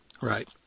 Right